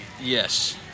Yes